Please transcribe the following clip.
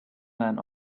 man